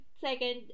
Second